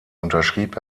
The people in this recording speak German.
unterschrieb